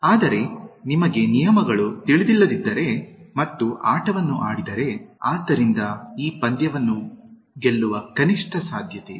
ಆದರೆ ನಿಮಗೆ ನಿಯಮಗಳು ತಿಳಿದಿಲ್ಲದಿದ್ದರೆ ಮತ್ತು ಆಟವನ್ನು ಆಡಿದರೆ ಆದ್ದರಿಂದ ಈ ಪಂದ್ಯವನ್ನು ಗೆಲ್ಲುವ ಕನಿಷ್ಠ ಸಾಧ್ಯತೆಯಿದೆ